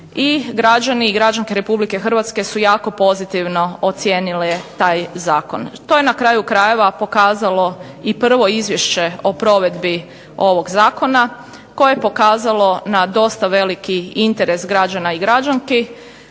građani i građanke RH su jako pozitivno ocijenile taj zakon. To je na kraju krajeva pokazalo i prvo izvješće o provedbi ovog zakona koje je pokazalo na dosta veliki interes građana i građanki,